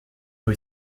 rue